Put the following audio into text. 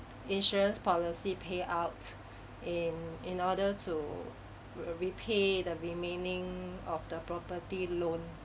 insurance policy payout in in order to repay the remaining of the property loan